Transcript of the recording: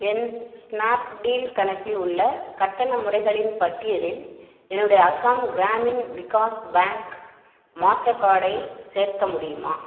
என் Snapdeal கணக்கில் உள்ள கட்டண முறைகளின் பட்டியலில் என்னுடைய அஸ்ஸாம் கிராமின் விகாஷ் பேங்க் மாஸ்டர் கார்டை சேர்க்க முடியுமா